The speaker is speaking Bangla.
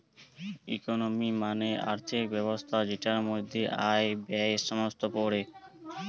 ইকোনমি মানে আর্থিক ব্যবস্থা যেটার মধ্যে আয়, ব্যয়ে সমস্ত পড়ে